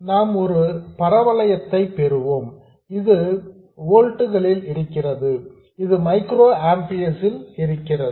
நாம் ஒரு பரவளையத்தை பெறுவோம் இது ஓல்ட்ஸ் ல் இருக்கிறது இது மைக்ரோஆம்பியர்ஸ் ல் இருக்கிறது